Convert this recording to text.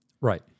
right